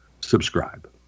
subscribe